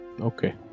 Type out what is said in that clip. Okay